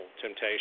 temptation